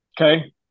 okay